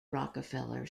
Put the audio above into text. rockefeller